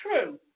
True